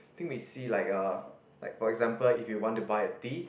think we see like uh like for example if you want to buy a tea